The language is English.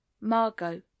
Margot